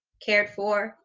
cared for,